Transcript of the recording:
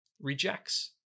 rejects